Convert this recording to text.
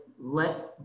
let